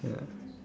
yeah